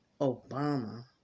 Obama